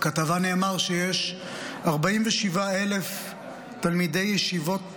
בכתבה נאמר שיש 47,000 תלמידי ישיבות נושרים.